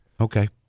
Okay